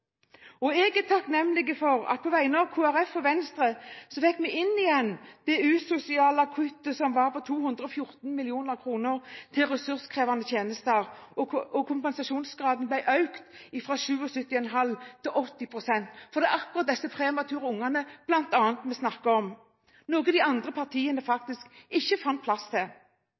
Jeg er takknemlig for at vi på vegne av Kristelig Folkeparti og Venstre fikk inn igjen det usosiale kuttet som var på 214 mill. kr til ressurskrevende tjenester, og kompensasjonsgraden ble økt fra 77,5 til 80 pst. – for det er akkurat disse premature barna vi bl.a. snakker om – noe de andre partiene faktisk ikke fant plass til.